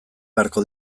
beharko